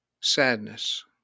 sadness